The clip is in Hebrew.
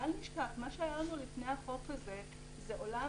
בל נשכח שמה שהיה לנו לפני החוק הזה זה עולם